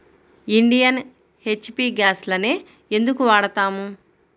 Indian, HP గ్యాస్లనే ఎందుకు వాడతాము?